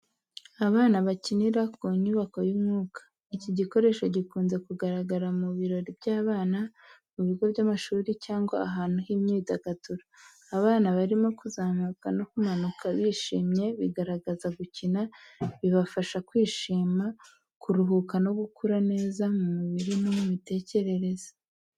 Abana bakinira ku nyubako y’umwuka. Iki gikoresho gikunze kugaragara mu birori by'abana, mu bigo by'amashuri cyangwa ahantu h’imyidagaduro. Abana barimo kuzamuka no kumanuka bishimye, bigaragaza gukina bibafasha kwishima, kuruhuka no gukura neza mu mubiri no mu mitekerereze.